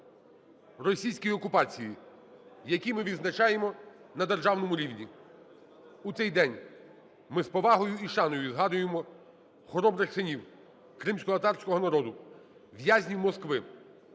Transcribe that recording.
російській окупації, який ми відзначаємо на державному рівні. У цей день ми з повагою і шаною згадуємо хоробрих синів кримськотатарського народу – в'язнів Москви.